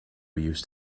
use